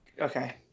Okay